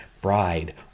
bride